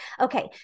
okay